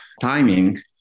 timing